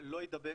לא יידבק,